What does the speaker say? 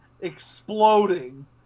exploding